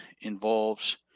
involves